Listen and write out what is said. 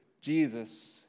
Jesus